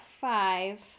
five